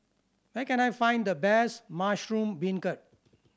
where can I find the best mushroom beancurd